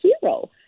hero